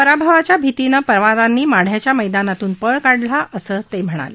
पराभवाच्या भितीनं पवारांनी माढ्याच्या मैदानातून पळ काढला असं ते म्हणाले